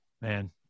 Man